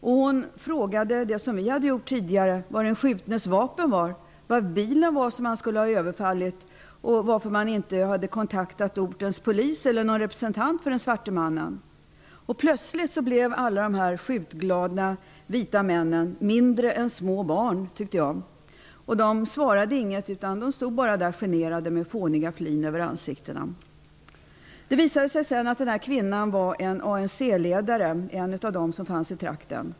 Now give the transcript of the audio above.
Kvinnan frågade, som vi hade gjort tidigare, var den skjutnes vapen var, var bilen som blivit överfallen fanns och varför man inte kontaktat ortens polis eller någon representant för den svarte mannen. Plötsligt blev alla de skjutglada vita männen mindre än små barn, tyckte jag. De svarade inget utan stod där bara generade med fåniga flin över ansiktena. Det visade sig att kvinnan var en av ANC-ledarna i trakten.